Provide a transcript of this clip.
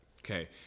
okay